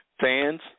Fans